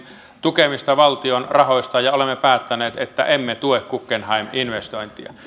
tukemista valtion rahoista ja olemme päättäneet että emme tue guggenheim investointia